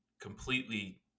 completely